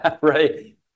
Right